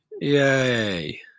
Yay